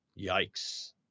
Yikes